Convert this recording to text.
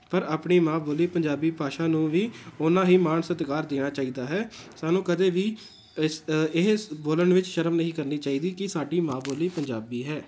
ਪਰ ਆਪਣੀ ਮਾਂ ਬੋਲੀ ਪੰਜਾਬੀ ਭਾਸ਼ਾ ਨੂੰ ਵੀ ਉੰਨਾ ਹੀ ਮਾਣ ਸਤਿਕਾਰ ਦੇਣਾ ਚਾਹੀਦਾ ਹੈ ਸਾਨੂੰ ਕਦੇ ਵੀ ਇਹ ਬੋਲਣ ਵਿੱਚ ਸ਼ਰਮ ਨਹੀਂ ਕਰਨੀ ਚਾਹੀਦੀ ਕਿ ਸਾਡੀ ਮਾਂ ਬੋਲੀ ਪੰਜਾਬੀ ਹੈ